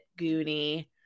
goonie